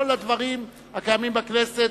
כל הדברים הקיימים בכנסת,